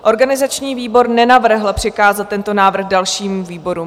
Organizační výbor nenavrhl přikázat tento návrh dalšímu výboru.